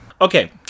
Okay